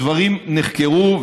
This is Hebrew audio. הדברים נחקרו,